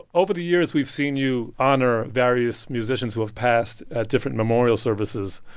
over the years, we've seen you honor various musicians who have passed at different memorial services,